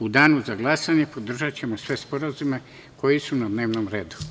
U danu za glasanje podržaćemo sve sporazume koji su na dnevnom redu.